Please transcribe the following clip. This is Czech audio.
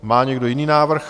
Má někdo jiný návrh?